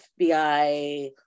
FBI